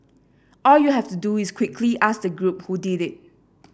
all you have to do is quickly ask the group who did it